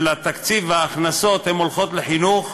של התקציב וההכנסות הולכים לחינוך,